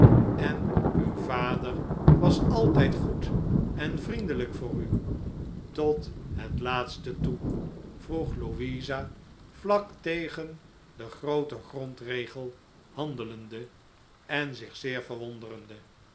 en uw vader was altijd goed en vriendelijk voor u tot het laatste toe vroeg louisa vlak tegen den grooten grondregel handelende en zich zeer verwonderende